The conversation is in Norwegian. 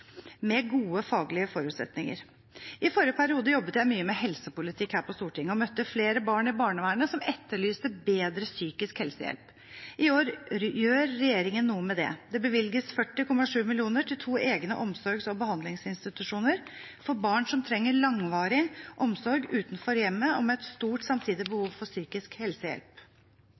med gode faglige forutsetninger. I forrige periode jobbet jeg mye med helsepolitikk her på Stortinget og møtte flere barn i barnevernet som etterlyste bedre psykisk helsehjelp. I år gjør regjeringen noe med dette. Det bevilges 40,7 mill. kr til to egne omsorgs- og behandlingsinstitusjoner for barn som trenger langvarig omsorg utenfor hjemmet, og med et stort samtidig behov for psykisk helsehjelp.